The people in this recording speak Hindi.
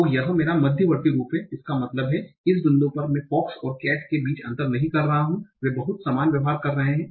तो यह मेरा मध्यवर्ती रूप है इसका मतलब है इस बिंदु पर मैं फॉक्स और केट के बीच अंतर नहीं कर रहा हूं वे बहुत समान व्यवहार कर रहे हैं